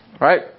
right